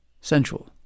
sensual